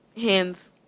Hands